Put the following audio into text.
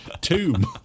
tomb